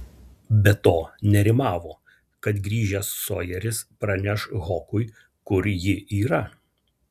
be to nerimavo kad grįžęs sojeris praneš hokui kur ji yra